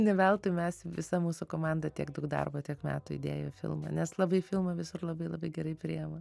ne veltui mes visa mūsų komanda tiek daug darbo tiek metų idėjo į filmą nes labai filmą visur labai labai gerai priima